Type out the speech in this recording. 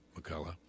McCullough